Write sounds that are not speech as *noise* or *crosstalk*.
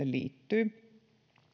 *unintelligible* liittyy